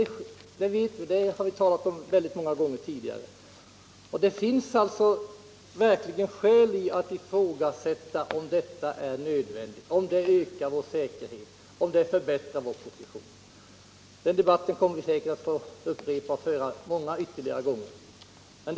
Det har vi talat om många gånger tidigare. Det finns alltså verkligen skäl att ifrågasätta om detta är nödvändigt, om det ökar vår säkerhet och förbättrar vår position. Den debatten kommer vi säkerligen att få föra ytterligare många gånger.